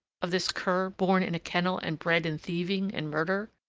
of this cur born in a kennel and bred in thieving and murder?